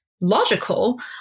logical